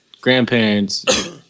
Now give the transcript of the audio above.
grandparents